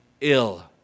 ill